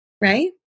right